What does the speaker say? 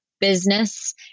business